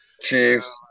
Chiefs